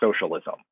socialism